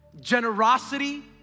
Generosity